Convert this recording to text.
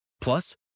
Plus